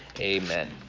Amen